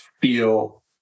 feel